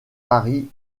paris